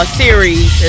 series